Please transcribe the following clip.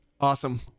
awesome